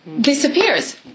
disappears